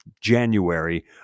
January